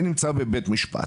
זה נמצא בבית משפט.